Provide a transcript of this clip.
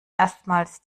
erstmals